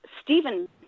Stephen